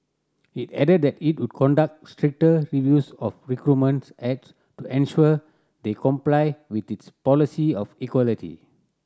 it added that it would conduct stricter reviews of recruitment ads to ensure they complied with its policy of equality